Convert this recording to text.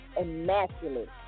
immaculate